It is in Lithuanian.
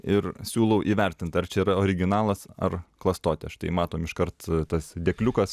ir siūlau įvertint ar čia yra originalas ar klastotė štai matom iškart tas dėkliukas